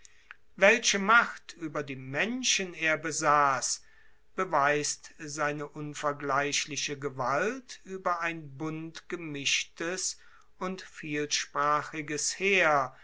welche macht ueber die menschen er besass beweist seine unvergleichliche gewalt ueber ein buntgemischtes und vielsprachiges heer